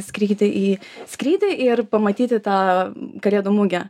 skrydį į skrydį ir pamatyti tą kalėdų mugę